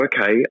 okay